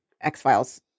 X-Files